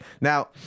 Now